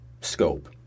scope